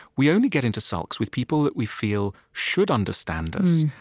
we only get into sulks with people that we feel should understand us,